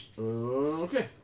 Okay